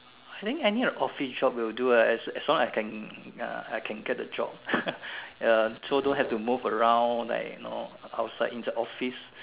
I think any of office job will do ah as as long I can uh I can get the job ya so don't have to move around like you know outside inside office